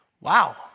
Wow